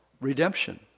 redemption